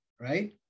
right